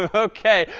ah ok.